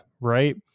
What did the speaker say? right